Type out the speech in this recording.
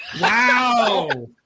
Wow